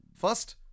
First